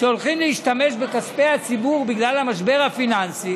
שהולכים להשתמש בכספי הציבור בגלל המשבר הפיננסי